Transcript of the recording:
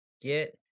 Get